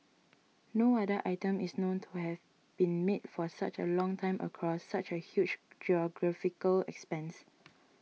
no other item is known to have been made for such a long time across such a huge geographical expanse